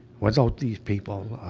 without these people